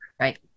right